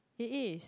it is